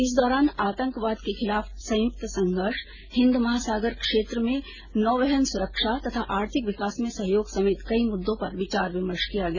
इस दौरान आतंकवाद के खिलाफ संयुक्त संघर्ष हिंद महासागर क्षेत्र में नौवहन सुरक्षा तथा आर्थिक विकास में सहयोग समेत कई मुद्दों पर विचार विमर्श किया गया